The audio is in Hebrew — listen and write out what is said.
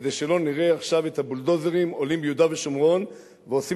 כדי שלא נראה עכשיו את הבולדוזרים עולים ביהודה ושומרון ועושים